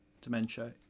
dementia